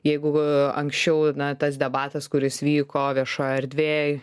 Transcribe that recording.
jeigu anksčiau na tas debatas kuris vyko viešoj erdvėj